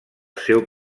seu